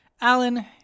Alan